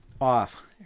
off